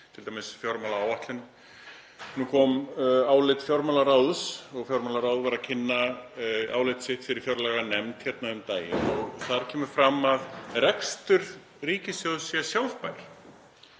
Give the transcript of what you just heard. t.d. fjármálaáætlun. Nú kom álit fjármálaráðs og fjármálaráð var að kynna álit sitt fyrir fjárlaganefnd hérna um daginn og þar kemur fram að rekstur ríkissjóðs sé sjálfbær.